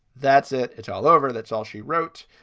that's it. it's all over. that's all she wrote.